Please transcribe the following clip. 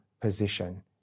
position